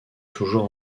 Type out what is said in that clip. toujours